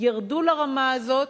ירדו לרמה הזאת.